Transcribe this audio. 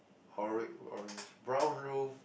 horan~ orange brown roof